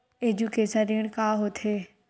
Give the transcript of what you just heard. Education ऋण का होथे?